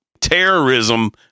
Terrorism